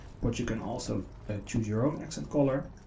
but you can also choose your own accent color.